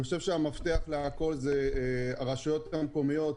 המפתח לכול זה הרשויות המקומיות.